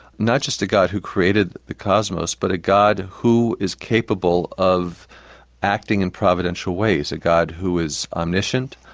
not just a god who created the cosmos but a god who is capable of acting in providential ways, a god who is omniscient,